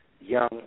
young